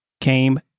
came